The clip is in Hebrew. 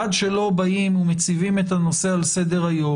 עד שלא מציבים את הדיון על סדר היום,